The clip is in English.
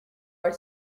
are